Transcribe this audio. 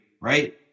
right